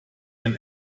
ein